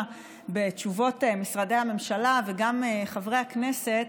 בתשובות משרדי הממשלה וגם חברי הכנסת